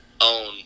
own